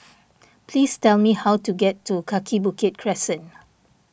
please tell me how to get to Kaki Bukit Crescent